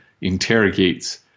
interrogates